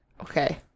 okay